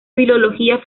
filología